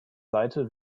seite